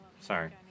Sorry